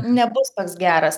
nebus toks geras